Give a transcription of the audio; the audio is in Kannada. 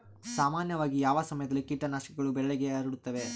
ಸಾಮಾನ್ಯವಾಗಿ ಯಾವ ಸಮಯದಲ್ಲಿ ಕೇಟನಾಶಕಗಳು ಬೆಳೆಗೆ ಹರಡುತ್ತವೆ?